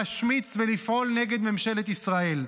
להשמיץ ולפעול נגד ממשלת ישראל,